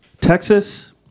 texas